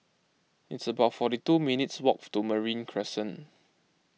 it's about forty two minutes' walk to Marine Crescent